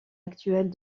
actuelle